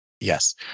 Yes